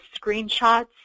screenshots